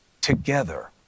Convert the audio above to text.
together